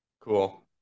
cool